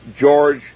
George